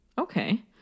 Okay